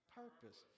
purpose